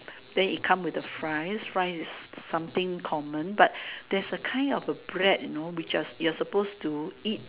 then it come with a fries fries is something common but there is a kind of a bread you know which you are supposed to eat